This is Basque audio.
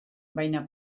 baina